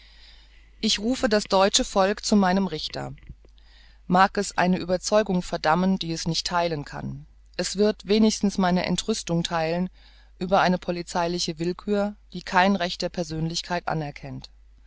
ich rufe das deutsche volk auf zu meinem richter mag es eine ueberzeugung verdammen die es nicht theilen kann es wird wenigstens meine entrüstung theilen über eine polizeiliche willkühr die kein recht der persönlichkeit anerkennt